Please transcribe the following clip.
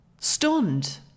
stunned